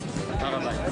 שאלות,